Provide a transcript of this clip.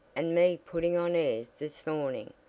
and me putting on airs this morning.